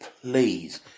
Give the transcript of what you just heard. please